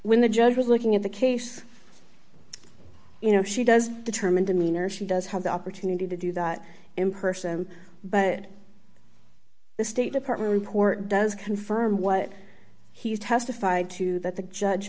when the judge was looking at the case you know she does determine demeanor she does have the opportunity to do that in person but the state department report does confirm what he's testified to that the judge